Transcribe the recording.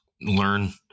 learn